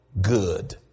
good